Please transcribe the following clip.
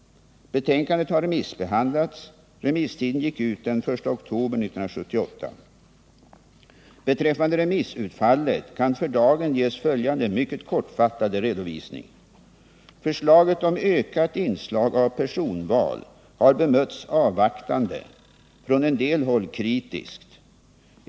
Betänkandet har remissbehandlats. Remisstiden gick ut den 1 oktober 1978. Beträffande remissutfallet kan för dagen ges följande mycket kortfattade redovisning. Förslaget om ökat inslag av personval har bemötts avvaktande, från en del håll kritiskt.